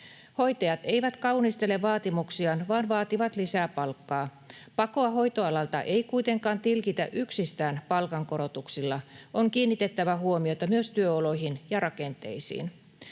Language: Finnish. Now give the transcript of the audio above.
Hoitajat eivät kaunistele vaatimuksiaan vaan vaativat lisää palkkaa. Pakoa hoitoalalta ei kuitenkaan tilkitä yksistään palkankorotuksilla. On kiinnitettävä huomiota myös työoloihin ja rakenteisiin.